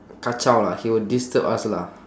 kacau lah he will disturb us lah